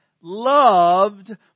loved